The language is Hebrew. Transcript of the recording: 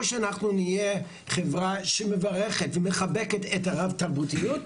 או שאנחנו נהיה חברה שמברכת ומחבקת את הרב תרבותיות,